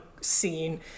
scene